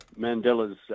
Mandela's